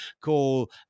call